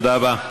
תודה רבה.